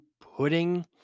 pudding